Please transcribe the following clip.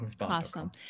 awesome